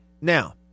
Now